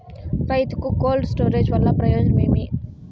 రైతుకు cold storage వల్ల ప్రయోజనం ఏమి?